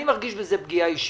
אני מרגיש בזה פגיעה אישית,